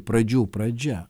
pradžių pradžia